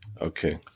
okay